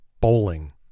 bowling